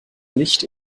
nicht